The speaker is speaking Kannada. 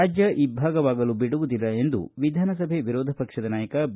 ರಾಜ್ಯ ಇಬ್ಬಾಗವಾಗಲು ಬಿಡುವುದಿಲ್ಲ ಎಂದು ವಿಧಾನಸಭೆ ವಿರೋಧ ಪಕ್ಷದ ನಾಯಕ ಬಿ